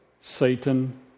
Satan